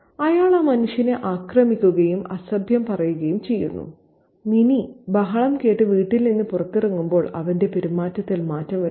അയാൾ ആ മനുഷ്യനെ ആക്രമിക്കുകയും അസഭ്യം പറയുകയും ചെയ്യുന്നു മിനി ബഹളം കേട്ട് വീട്ടിൽ നിന്ന് പുറത്തിറങ്ങുമ്പോൾ അവന്റെ പെരുമാറ്റത്തിൽ മാറ്റം വരുന്നു